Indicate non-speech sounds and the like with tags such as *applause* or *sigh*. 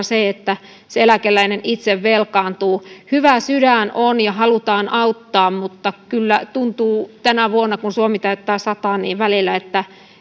*unintelligible* se että se eläkeläinen itse velkaantuu hyvä sydän on ja halutaan auttaa mutta kyllä tänä vuonna kun suomi täyttää sata tuntuu välillä siltä